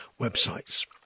websites